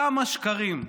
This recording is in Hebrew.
כמה שקרים.